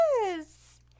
Yes